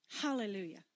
Hallelujah